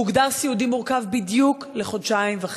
הוא הוגדר סיעודי מורכב בדיוק לחודשיים וחצי.